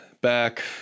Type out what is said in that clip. back